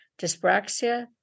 dyspraxia